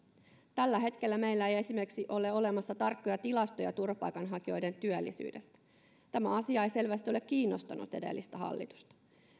tällä hetkellä meillä ei esimerkiksi ole olemassa tarkkoja tilastoja turvapaikanhakijoiden työllisyydestä tämä asia ei selvästi ole kiinnostanut edellistä hallitusta